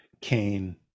Cain